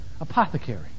apothecary